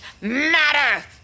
matter